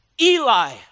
Eli